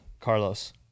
Carlos